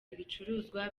ibicuruzwa